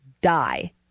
die